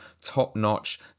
top-notch